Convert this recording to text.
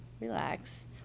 relax